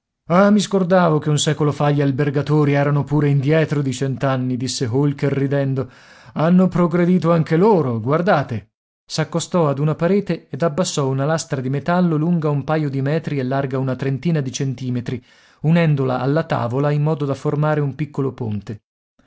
ah mi scordavo che un secolo fa gli albergatori erano pure indietro di cento anni disse holker ridendo hanno progredito anche loro guardate s'accostò ad una parete ed abbassò una lastra di metallo lunga un paio di metri e larga una trentina di centimetri unendola alla tavola in modo da formare un piccolo ponte